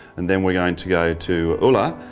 and then we're going to go to ulla,